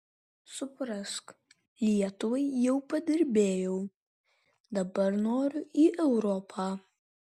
suprask lietuvai jau padirbėjau dabar noriu į europą